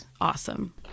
awesome